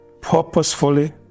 purposefully